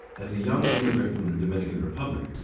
as a young immigrant from the dominican republic,